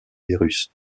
virus